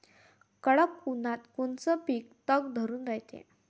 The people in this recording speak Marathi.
कडक उन्हाळ्यात कोनचं पिकं तग धरून रायते?